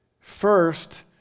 First